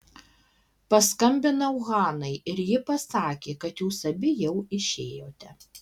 paskambinau hanai ir ji pasakė kad jūs abi jau išėjote